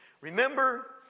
Remember